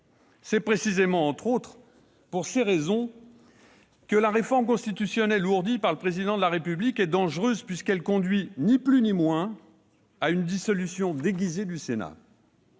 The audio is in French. C'est précisément pour ces raisons, notamment, que la réforme constitutionnelle ourdie par le Président de la République est dangereuse, puisqu'elle conduit, ni plus ni moins, à une dissolution déguisée du Sénat.